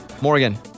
Morgan